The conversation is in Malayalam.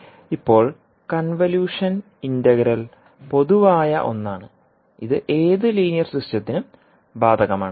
ഇപ്പോൾ കൺവല്യൂഷൻ ഇന്റഗ്രൽ പൊതുവായ ഒന്നാണ് ഇത് ഏത് ലീനിയർ സിസ്റ്റത്തിനും ബാധകമാണ്